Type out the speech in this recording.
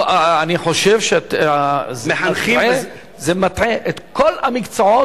אני חושב שזה מטעה בכל המקצועות,